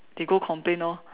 they go complain orh